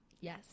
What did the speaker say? Yes